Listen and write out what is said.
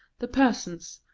the persons,